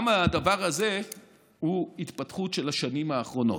גם הדבר הזה הוא התפתחות של השנים האחרונות.